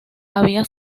había